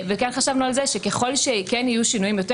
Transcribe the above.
כן חשבנו על כך שככל שכן יהיו שינויים יותר